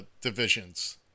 divisions